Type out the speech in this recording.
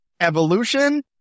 evolution